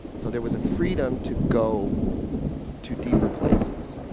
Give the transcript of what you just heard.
so there was a freedom to go to deeper places.